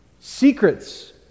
secrets